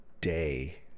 day